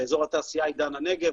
באזור התעשייה עידן הנגב,